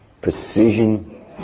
precision